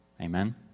Amen